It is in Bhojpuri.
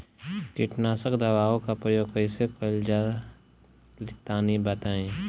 कीटनाशक दवाओं का प्रयोग कईसे कइल जा ला तनि बताई?